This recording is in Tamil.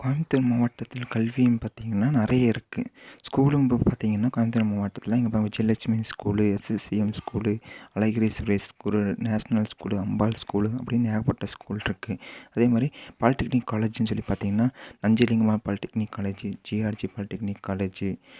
கோயம்புத்தூர் மாவட்டத்தில் கல்வின்னு பார்த்திங்கன்னா நிறய இருக்குது ஸ்கூலும் இப்போ பார்த்திங்கன்னா கோயம்புத்தூர் மாவட்டத்தில் விஜயலஷ்மி ஸ்கூல் சிசிஎம் ஸ்கூல் அழகிரி Suresh school national school Ambal school அப்படின்னு ஏகப்பட்ட ஸ்கூல் இருக்குது அதே மாதிரி பாலிடெக்னிக் காலேஜுனு சொல்லி பார்த்திங்கன்னா Anjaliammal polytechnic college GRG polytechnic college